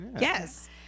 Yes